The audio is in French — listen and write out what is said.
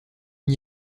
n’y